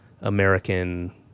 American